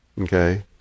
okay